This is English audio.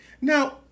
Now